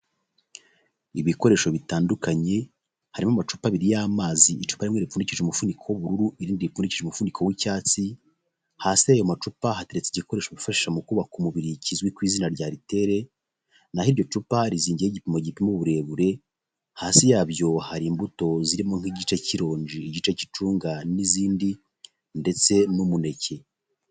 Ibikoresho bitandukanye harimo amacupa abiri y'amazi icupa rimwe ripfundikije umufuniko w'ubururu irindi ripfundikije umufuniko w'icyatsi, hasi yayo macupa hateretse igikoresho bifashisha mu kubaka umubiri kizwi ku izina rya aritere, naho iryo cupa rizingiyeho igipimo gipima uburebure, hasi yabyo hari imbuto zirimo nk'igice cy'ironji, igice cy'icunga n'izindi ndetse n'umuneke.